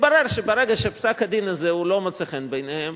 מתברר שברגע שפסק-הדין הזה לא מוצא חן בעיניהם,